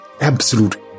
absolute